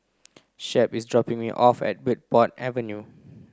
Shep is dropping me off at Bridport Avenue